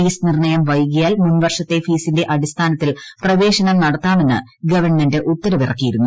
fees നിർണ്ണയം വൈകിയാൽ മുൻ വർഷത്തെ ഫീസിന്റെ അടിസ്ഥാനത്തിൽ പ്രവേശനം നടത്താമെന്ന് ഗവൺമെൻറ് ഉത്തരവിറക്കിയിരുന്നു